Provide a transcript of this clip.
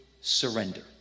surrender